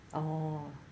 oh